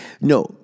No